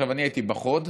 אני הייתי בחוד,